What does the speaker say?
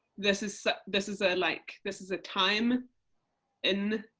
this is, this is a like this is a time in